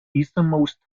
easternmost